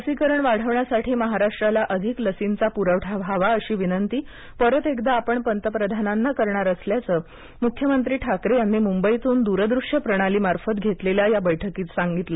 लसीकरण वाढविण्यासाठी महाराष्ट्राला अधिक लसींचा पुरवठा व्हावा अशी विनंती परत एकदा आपण पंतप्रधानांना करणार असल्याचं मुख्यमंत्री ठाकरे यांनी मुंबईतून दूरदृष्यप्रणाली मार्फत घेतलेल्या या बैठकीत सांगितलं